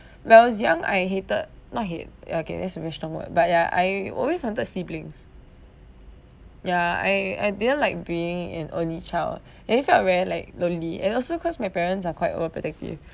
when I was young I hated not hate ya okay that's a very strong word but ya I always wanted siblings ya I I didn't like being an only child and it felt very like lonely and also cause my parents are quite over protective